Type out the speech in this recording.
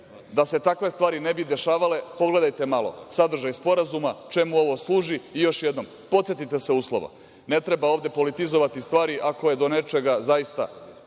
se takve stvari ne bi dešavale, pogledajte malo sadržaj sporazuma čemu ovo služi i još jednom, podsetite se uslova. Ne treba ovde politizovati stvari ako je do nečega zaista,